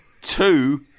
two